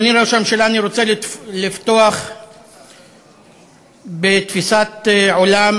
אדוני ראש הממשלה, אני רוצה לפתוח בתפיסת עולם